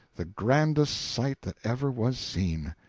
the grandest sight that ever was seen.